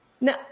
No